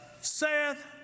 saith